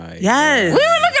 Yes